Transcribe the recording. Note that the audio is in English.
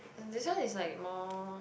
and this one is like more